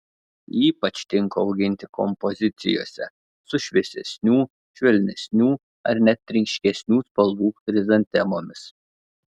ypač tinka auginti kompozicijose su šviesesnių švelnesnių ar net ryškesnių spalvų chrizantemomis